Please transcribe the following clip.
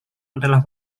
adalah